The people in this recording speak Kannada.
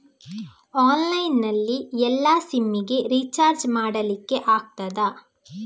ಆನ್ಲೈನ್ ನಲ್ಲಿ ಎಲ್ಲಾ ಸಿಮ್ ಗೆ ರಿಚಾರ್ಜ್ ಮಾಡಲಿಕ್ಕೆ ಆಗ್ತದಾ?